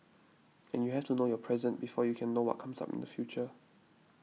and you have to know your present before you can know what comes up in the future